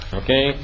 okay